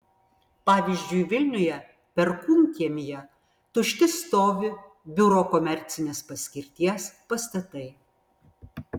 pavyzdžiui vilniuje perkūnkiemyje tušti stovi biuro komercinės paskirties pastatai